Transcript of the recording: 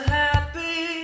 happy